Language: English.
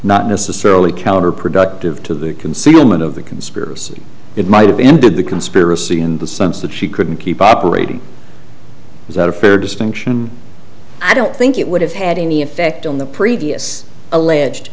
not necessarily counterproductive to the concealment of the conspiracy it might have ended the conspiracy in the sense that she couldn't keep operating it's not a fair distinction i don't think it would have had any effect on the previous